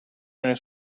nel